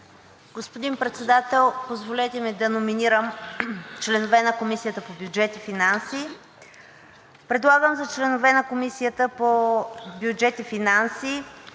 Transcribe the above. Господин Председател, позволете ми да номинирам членове на Комисията по бюджет и финанси. Предлагам за членове на Комисията по бюджет и финанси